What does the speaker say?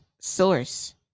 source